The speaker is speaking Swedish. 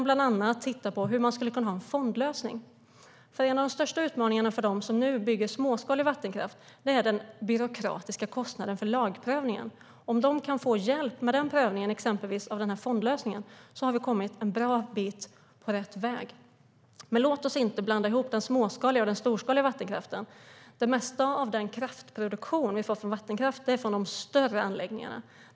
Bland annat tittar de på hur man skulle kunna ha en fondlösning. En av de största utmaningarna för dem som nu bygger småskalig vattenkraft är nämligen den byråkratiska kostnaden för lagprövningen, och om de kan få hjälp med den prövningen - exempelvis genom fondlösningen - har vi kommit en bra bit på rätt väg. Låt oss dock inte blanda ihop den småskaliga och den storskaliga vattenkraften! Det mesta av den kraftproduktion vi får från vattenkraft är från de större anläggningarna.